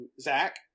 Zach